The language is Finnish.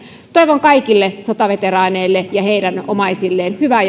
toivon kaikille sotaveteraaneille ja heidän omaisilleen hyvää